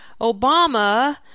Obama